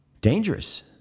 dangerous